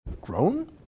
grown